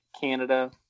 canada